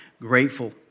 grateful